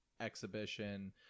exhibition